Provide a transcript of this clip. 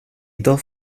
dos